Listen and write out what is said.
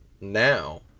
now